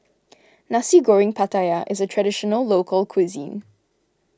Nasi Goreng Pattaya is a Traditional Local Cuisine